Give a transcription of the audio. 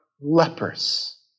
lepers